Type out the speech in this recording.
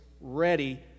ready